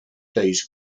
these